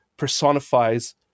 personifies